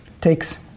takes